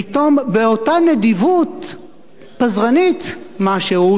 פתאום באותה נדיבות פזרנית משהו,